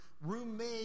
roommate